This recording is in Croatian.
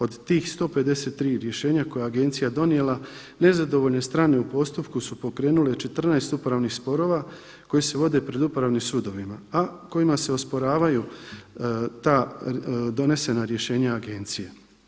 Od tih 153 rješenja koja je agencija donijela nezadovoljne strane u postupku su pokrenule 14 upravnih sporova koji se vode pred Upravnim sudovima, a kojima se osporavaju ta donesena rješenja agencije.